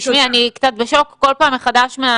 תשמעי, אני קצת בשוק כל פעם מחדש מה